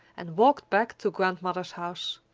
and walked back to grandmother's house.